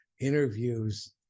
interviews